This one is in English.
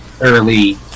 early